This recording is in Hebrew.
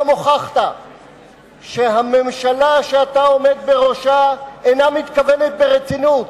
היום הוכחת שהממשלה שאתה עומד בראשה אינה מתכוונת ברצינות